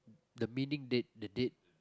the meaning date the date